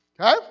okay